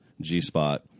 G-spot